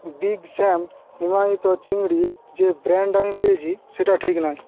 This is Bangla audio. বিগ স্যাম হিমায়িত চিংড়ির যে ব্র্যান্ড আমি পেয়েছি সেটা ঠিক নয়